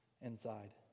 inside